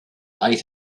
ate